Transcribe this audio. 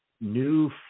new